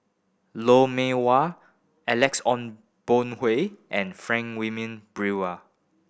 Lou Mee Wah Alex Ong Boon and Frank Wilmin Brewer